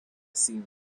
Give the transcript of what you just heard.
seem